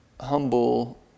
humble